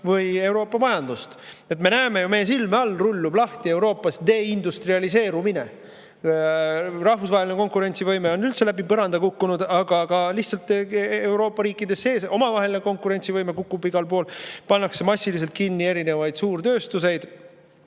või Euroopa majandust. Me näeme ju, meie silme all rullub lahti Euroopas deindustrialiseerumine. Rahvusvaheline konkurentsivõime on üldse läbi põranda kukkunud, aga ka Euroopa riikide sees kukub omavaheline konkurentsivõime igal pool. Massiliselt pannakse kinni erinevaid suurtööstuseid.